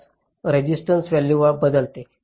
तर resistance value बदलते